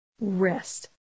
rest